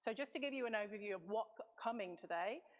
so just to give you an overview of what's coming today,